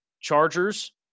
Chargers